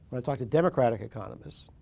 i talk to democratic economists.